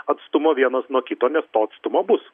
atstumo vienas nuo kito nes to atstumo bus